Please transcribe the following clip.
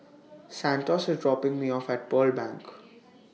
Santos IS dropping Me off At Pearl Bank